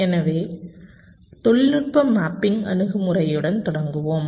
எனவே தொழில்நுட்ப மேப்பிங் அணுகுமுறையுடன் தொடங்குவோம்